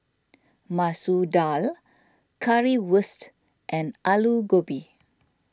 Masoor Dal Currywurst and Alu Gobi